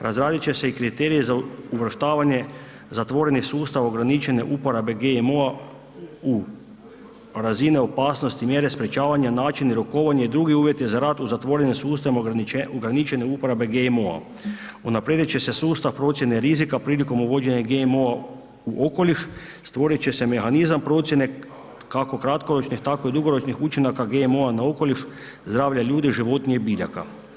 Razradit će se i kriteriji za uvrštavanje zatvorenih sustava ograničene uporabe GMO-a u razine opasnosti, mjere sprječavanja, načini i rukovanja i drugi uvjeti za rat u zatvorenim sustavima ograničene uporabe GMO-a. unaprijedit će se sustav procjene rizika prilikom uvođenja GMO-a u okoliš, stvorit će se mehanizam procjene kako kratkoročnih, tako i dugoročnih učinaka GMO-a na okoliš, zdravlje ljudi, životinja i biljaka.